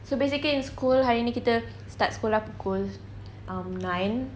so basically in school hari ini kita start sekolah pukul um nine